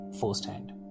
firsthand